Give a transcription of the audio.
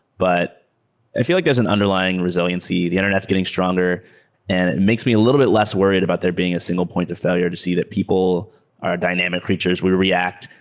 but i feel like there's an underlying resiliency. the internet is getting stronger and it makes me a little bit less worried about there being a single point of failure to see that people are dynamic creatures. we react,